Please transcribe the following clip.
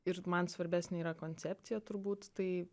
ir man svarbesnė yra koncepcija turbūt tai